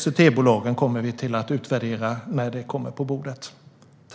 SUP-bolagen kommer vi att utvärdera när de kommer på bordet.